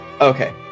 Okay